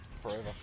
forever